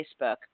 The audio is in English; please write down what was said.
Facebook